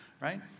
right